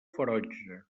ferotge